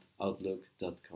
outlook.com